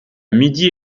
midi